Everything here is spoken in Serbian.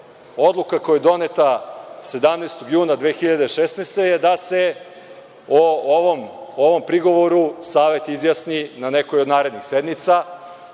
Odluka koja je doneta 17. juna 2016. godine je da se o ovom prigovoru Savet izjasni na nekoj od narednih sednica.